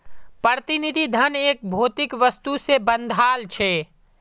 प्रतिनिधि धन एक भौतिक वस्तु से बंधाल छे